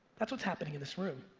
that's what's happening in this room.